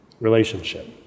relationship